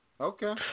Okay